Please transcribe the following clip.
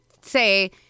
say